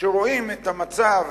שרואים את המצב